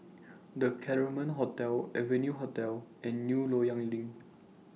The Claremont Hotel Venue Hotel and New Loyang LINK